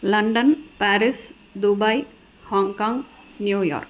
London Paris Dubai Hong Kong New York